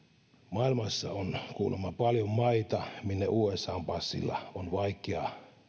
maailmassa on kuulemma paljon maita minne usan passilla on vaikea